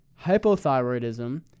hypothyroidism